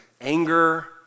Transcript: anger